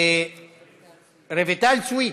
רויטל סויד,